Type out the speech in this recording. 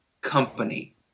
company